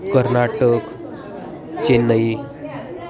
Karnataka Chennai